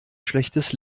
schlechtes